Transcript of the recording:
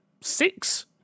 six